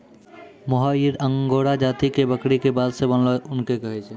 मोहायिर Angora जाति के बकरी के बाल सॅ बनलो ऊन कॅ कहै छै